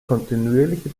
kontinuierliche